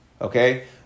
Okay